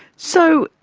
so,